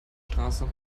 straße